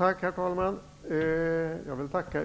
Herr talman! Jag vill tacka